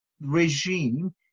regime